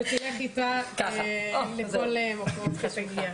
שתלך איתה לכל מקום שתגיע.